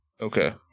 Okay